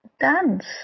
dance